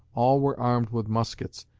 all were armed with muskets,